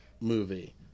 movie